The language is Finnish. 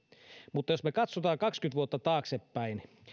mutta jos me katsomme kaksikymmentä vuotta taaksepäin